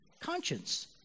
conscience